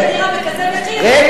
הוא מוכר את הדירה במחיר כזה, רגע.